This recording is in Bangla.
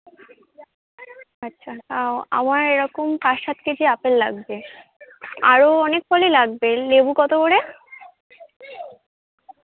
আচ্ছা আমার এরকম পাঁচ সাত কেজি আপেল লাগবে আরো অনেক ফলই লাগবে লেবু কতো করে